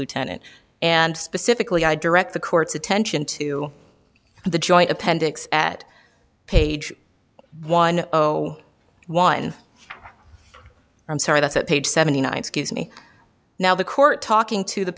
lieutenant and specifically i direct the court's attention to the joint appendix at page one o one i'm sorry that's at page seventy nine scuse me now the court talking to the